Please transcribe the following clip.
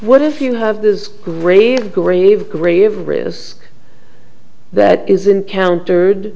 what if you have this grave grave grave reus that is encountered